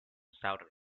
southern